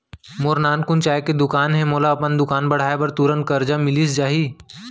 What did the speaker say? मोर नानकुन चाय के दुकान हे का मोला अपन दुकान बढ़ाये बर तुरंत करजा मिलिस जाही?